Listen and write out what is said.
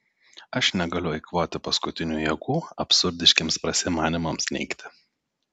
aš negaliu eikvoti paskutinių jėgų absurdiškiems prasimanymams neigti